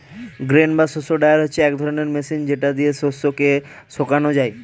grain বা শস্য dryer হচ্ছে এক রকমের মেশিন যেটা দিয়ে শস্য কে শোকানো যায়